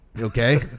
Okay